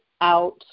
out